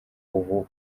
ubu